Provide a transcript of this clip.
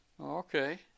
Okay